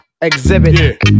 Exhibit